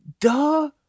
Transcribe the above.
Duh